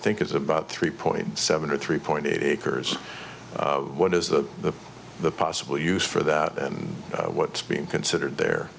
think is about three point seven or three point eight person what is that the the possible use for that and what's being considered there